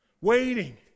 waiting